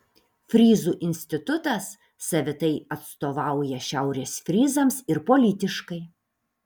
fryzų institutas savitai atstovauja šiaurės fryzams ir politiškai